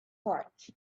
heart